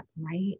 right